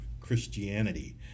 Christianity